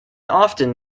often